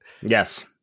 Yes